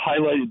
highlighted